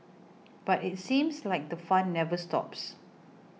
but it seems like the fun never stops